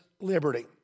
liberty